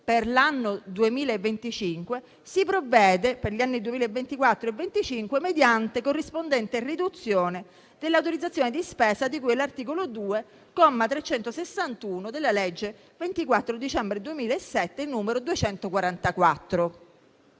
per l'anno 2025, si provvede, per gli anni 2024 e 2025, mediante corrispondente riduzione dell'autorizzazione di spesa di cui all'articolo 2, comma 361, della legge 24 dicembre 2007, n. 244.